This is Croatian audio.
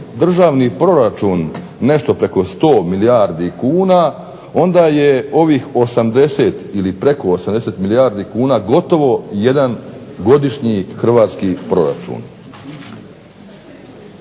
državni proračun nešto preko 100 milijardi kuna, onda je ovih preko 80 milijardi kuna gotovo jedan Hrvatski godišnji državni proračun.